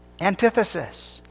antithesis